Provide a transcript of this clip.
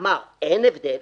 אמר: אין הבדל.